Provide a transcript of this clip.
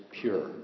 pure